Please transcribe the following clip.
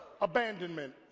Abandonment